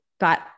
got